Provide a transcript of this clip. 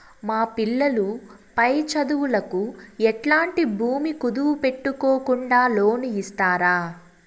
మా పిల్లలు పై చదువులకు ఎట్లాంటి భూమి కుదువు పెట్టుకోకుండా లోను ఇస్తారా